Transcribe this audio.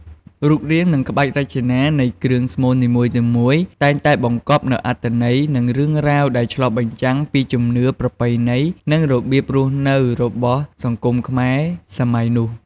រូបរាង និងក្បាច់រចនានៃគ្រឿងស្មូននីមួយៗ តែងតែបង្កប់នូវអត្ថន័យ និងរឿងរ៉ាវដែលឆ្លុះបញ្ចាំងពីជំនឿ ប្រពៃណី និងរបៀបរស់នៅរបស់សង្គមខ្មែរសម័យនោះ។